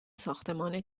ساختمان